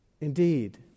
Indeed